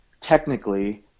technically